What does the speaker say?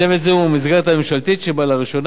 צוות זה הוא המסגרת הממשלתית שבה לראשונה